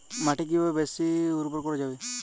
মাটি কিভাবে বেশী করে উর্বর করা যাবে?